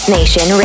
Nation